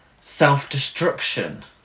self-destruction